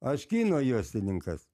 aš kino juostininkas